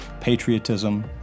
patriotism